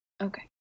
Okay